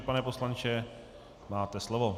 Pane poslanče, máte slovo.